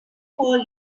call